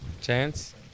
Chance